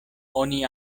oni